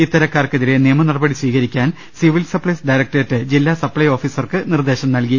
ഇത്തര ക്കാർക്കെതിരെ നിയമനടപടികൾ സ്വീകരിക്കാൻ സിവിൽ സപ്ലൈസ് ഡയറക്ട റേറ്റ് ജില്ലാ സപ്ലൈ ഓഫീസർക്ക് നിർദ്ദേശം നൽകി